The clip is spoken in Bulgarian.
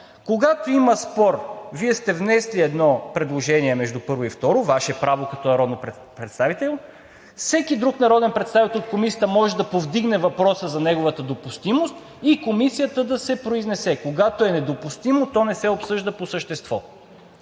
Когато има спор – Вие сте внесли едно предложение между първо и второ четене, Ваше право е като народен представител, всеки друг народен представител от комисията може да повдигне въпроса за неговата допустимост и комисията да се произнесе. Когато е недопустимо, то не се обсъжда по същество.